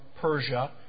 Persia